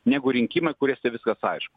negu rinkimai kuriuose viskas aišku